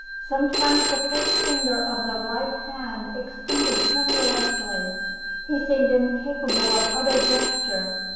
sometimes the first finger of the right hand extended tremulously he seemed incapable of other gesture.